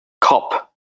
cop